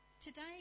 Today